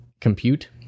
compute